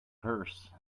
purse